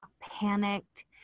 panicked